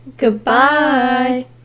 Goodbye